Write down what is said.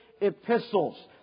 epistles